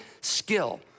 skill